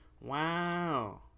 Wow